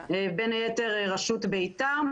בין היתר ברשות ביתר,